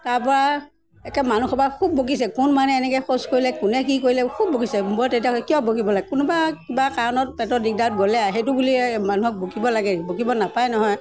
তাৰপৰা একে মানুহসোপা খুব বকিছে কোন মানুহে এনেকৈ শৌচ কৰিলে কোনে কি কৰিলে খুব বকিছে মই তেতিয়া কিয় বকিব লাগে কোনোবা কিবা কাৰণত পেটত দিগদাৰত গ'লে সেইটো বুলি মানুহক বকিব লাগে বকিব নাপায় নহয়